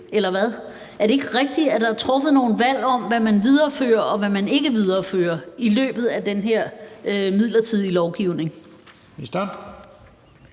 Er det ikke rigtigt, at der er truffet nogle valg om, hvad man viderefører og hvad man ikke viderefører i den her midlertidige lovgivning?